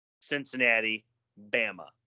Cincinnati-Bama